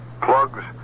plugs